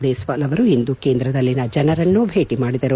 ದೇಸ್ನಾಲ್ ಅವರು ಇಂದು ಕೇಂದ್ರದಲ್ಲಿನ ಜನರನ್ನು ಭೇಟಿ ಮಾಡಿದರು